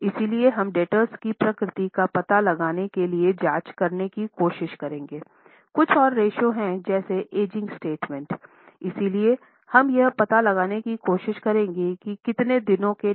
इसलिए हम डेब्टर्स की प्रकृति का पता लगाने के लिए जांच करने की कोशिश करेंगे